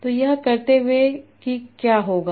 तो यह करते हुए कि क्या होगा